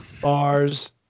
Bars